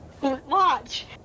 Watch